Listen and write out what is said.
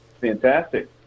Fantastic